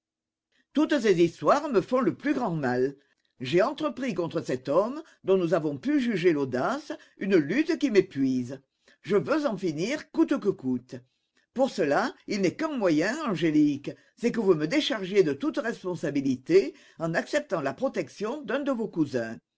toutes ces histoires me font le plus grand mal j'ai entrepris contre cet homme dont nous avons pu juger l'audace une lutte qui m'épuise je veux en finir coûte que coûte pour cela il n'est qu'un moyen angélique c'est que vous me déchargiez de toute responsabilité en acceptant la protection d'un de vos cousins